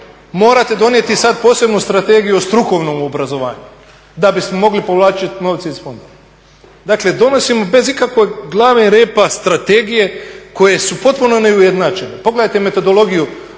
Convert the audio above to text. morate donijeti sada posebnu strategiju o strukovnom obrazovanju da bismo mogli povlačiti novce iz fondova. Dakle donosimo bez ikakve glave i repa strategije koje su potpuno neujednačene. Pogledajte metodologiju